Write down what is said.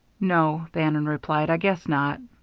no, bannon replied, i guess not.